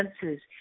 senses